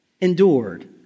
Endured